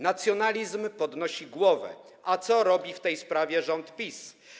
Nacjonalizm podnosi głowę, a co robi w tej sprawie rząd PiS?